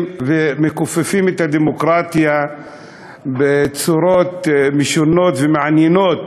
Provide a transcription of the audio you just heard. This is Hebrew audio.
ומכופפים את הדמוקרטיה בצורות משונות ומעניינות,